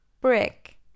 brick